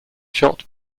shot